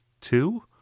two